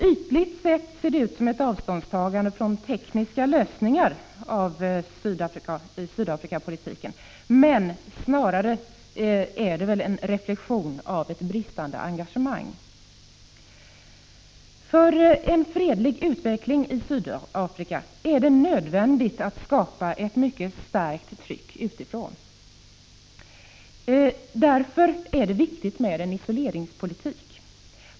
Ytligt sett ser det ut som ett avståndstagande från tekniska lösningar, men snarare är det väl en reflexion av ett bristande engagemang. För en fredlig utveckling i Sydafrika är det nödvändigt att skapa ett mycket starkt tryck utifrån. Därför är det viktigt med en isoleringspolitik.